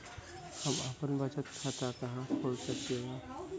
हम आपन बचत खाता कहा खोल सकीला?